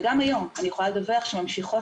וגם היום אני יכולה לדווח שממשיכות